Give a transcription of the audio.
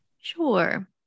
Sure